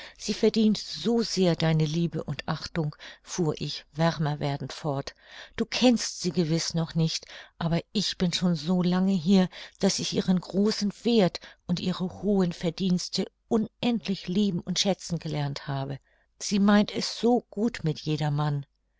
sie verdient so sehr deine liebe und achtung fuhr ich wärmer werdend fort du kennst sie gewiß noch nicht aber ich bin schon so lange hier daß ich ihren großen werth und ihre hohen verdienste unendlich lieben und schätzen gelernt habe sie meint es so gut mit